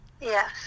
yes